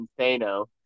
Insano